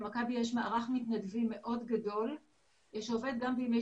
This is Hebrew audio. למכבי יש מערך מתנדבים גדול מאוד שעובד גם בימי